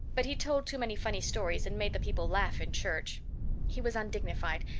but he told too many funny stories and made the people laugh in church he was undignified,